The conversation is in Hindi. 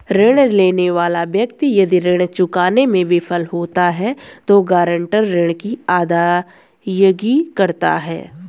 ऋण लेने वाला व्यक्ति यदि ऋण चुकाने में विफल होता है तो गारंटर ऋण की अदायगी करता है